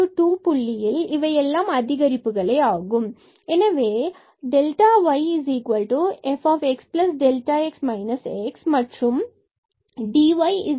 இந்த x2 புள்ளியில் இவை எல்லாம் அதிகரிப்புகள் ஆகும் எனவே நம்மிடம் yfxx f and the dyfxdx